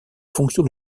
fonctions